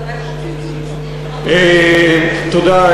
תודה,